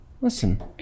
Listen